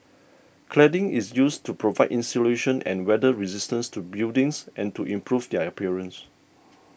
cladding is used to provide insulation and weather resistance to buildings and to improve their appearance